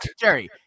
Jerry